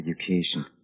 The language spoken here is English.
education